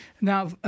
Now